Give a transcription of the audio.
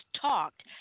talked